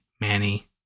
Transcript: manny